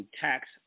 tax